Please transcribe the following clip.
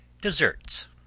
Desserts